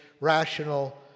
rational